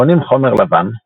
מכונים חומר לבן.